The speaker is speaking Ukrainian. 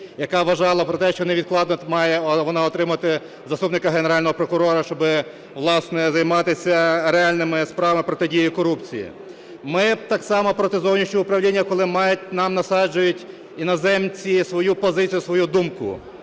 яка вважала про те, що невідкладно має вона отримати заступника Генерального прокурора, щоб, власне, займатися реальними справами протидії корупції. Ми так само проти зовнішнього управління, коли нам насаджують іноземці свою позицію, свою думку.